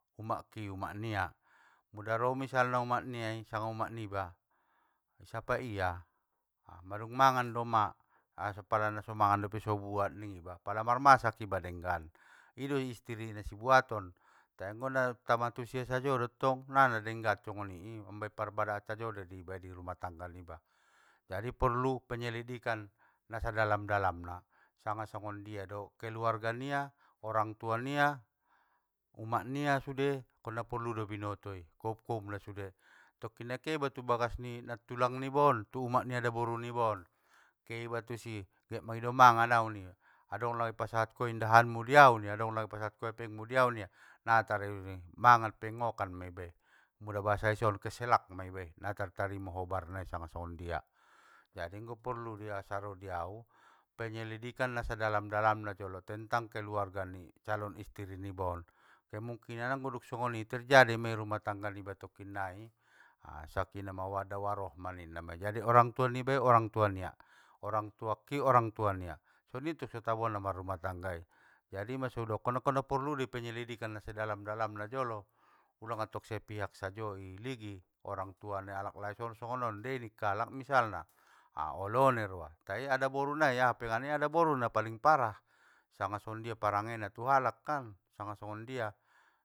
Umak ki umak nia, muda ro misalna i umak niai, sanga umak niba, i sapai ia, mandung mangan do umak, a so pala naso mangan dope so ubuat ningiba, pala marmasak iba denggan, ido istiri nisi buaton, tai anggo na tamak tusia sajo dottong, nggana denggan songoni i, mamaben parbadaan sajo dei di iba di rumah tangga niba, jadi porlu penyelidikan nasadalam dalamna, sanga songondia do keluarga nia orang tua nia, umak nia sude angkon naporlu binoto sude koum koumna sude, tokkinnai keiba tu bagas ni nattulang niba on, tu umak ni adaboru nibaon, keiba tusi, get mangido mangan au ning ia, adong langa i pasahat ko indahanmu diau ning ia! Adong langa i pasahat ko epengmu diau! Ning ia, na mangan pe ngokan meiba i, mula bahasa ison keselak maiba i, na tartarimo hobar nai sanga songondia. Jadi nggo porlu di saro diau penyelidikan na sadalam dalamna jolo, tentang keluarga ni calon istiri nibaon, kemungkinan anggo dung songoni terjadi mei rumah tangga niba tokkinnai, a sakinah mawaddah warohmah ninna, jadi orang tua nibai orang tua nia, orang tua ki orang tua nia, soni tong so tabona namarrumah tangga i, jadi ima so udokon anggo naporlu dei penyelidikan nasa dalam dalamna jolo, ulang attong sepihak sajo iligi, orang tua ni alaklai songon songon dei ning kalak misalna, a olo ning roa, tai addaboru nai aha pe ning ia adaboru napaling paling parah, sanga songondia parangena tu halak kan! Sanga songon dia.